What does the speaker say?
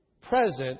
present